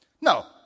No